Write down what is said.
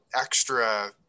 extra